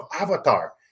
avatar